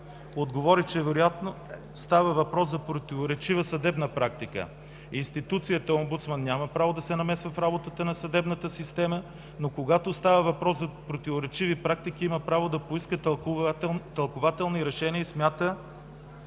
отговори, че вероятно става въпрос за противоречива съдебна практика. Институцията Омбудсман няма право да се намесва в работата на съдебната система, но когато става въпрос за противоречиви практики, има право да поиска тълкувателни решения и смята,